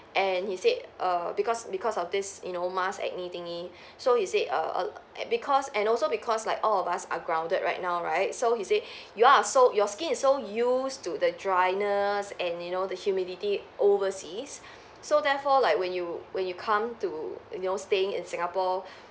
and he said err because because of this you know mask acne thingy so he said err because and also because like all of us are grounded right now right so he say you all are so your skin is so used to the dryness and you know the humidity overseas so therefore like when you when you come to you know staying in singapore